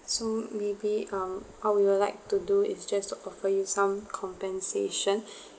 so maybe um how we would like to do is just to offer you some compensation